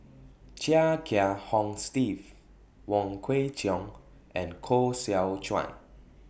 Chia Kiah Hong Steve Wong Kwei Cheong and Koh Seow Chuan